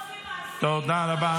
תודה רבה.